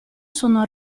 sono